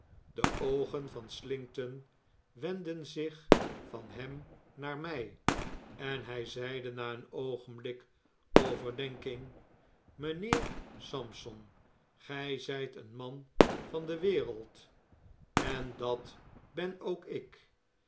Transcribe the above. de oogen van slinkton wendden zich van hem naar my en hy zeide na een oogenblik overdenking mynheer sampson gy zijt een man van de wereld en dat ben ook ik